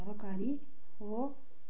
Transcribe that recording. ତରକାରୀ ଓ